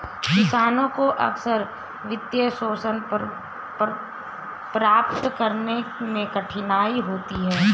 किसानों को अक्सर वित्तपोषण प्राप्त करने में कठिनाई होती है